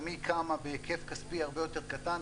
גם היא קמה בהיקף כספי הרבה יותר קטן.